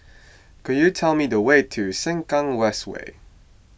could you tell me the way to Sengkang West Way